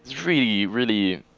really, really,